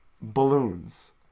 Balloons